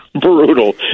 brutal